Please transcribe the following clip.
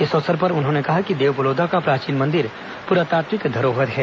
इस अवसर पर उन्होंने कहा कि देवबलौदा का प्राचीन मंदिर पुरातात्विक धरोहर है